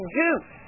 juice